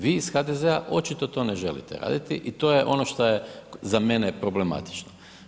Vi iz HDZ-a očito to ne želite raditi i to je ono šta je za mene problematično.